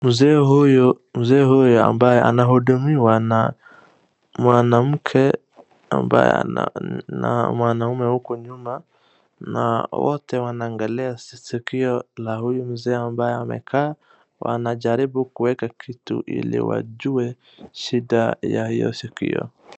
Mzee huyu, mzee huyu ambaye anahudumiwa na mwanamke ambaye ana na mwanamume huku nyuma, na wote wanaangalia sikio la huyu mzee ambaye amekaa. Wanajaribu kueka kitu ili wajue shida ya hio sikio.